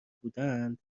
بودند